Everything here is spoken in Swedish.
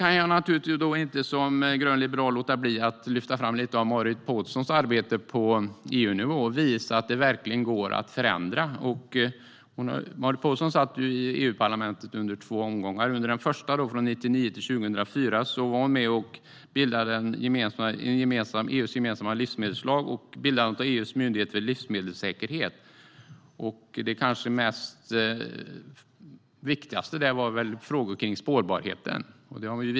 Som liberal kan jag inte låta bli att lyfta fram lite av Marit Paulsens arbete på EU-nivå. Det visar att det verkligen går att göra förändringar. Marit Paulsen satt i EU-parlamentet under två perioder. Under den första perioden 1999-2004 var hon med och arbetade fram EU:s gemensamma livsmedelslag och var med och bildade EU:s myndighet för livsmedelssäkerhet. Det viktigaste där var väl frågor om spårbarheten.